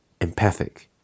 empathic